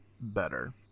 better